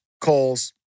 calls